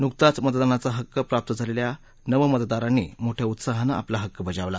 नुकताच मतदानाचा हक्क प्राप्त झालेल्या नवमतदारांनी मोठ्या उत्साहानं आपला हक्क बजावला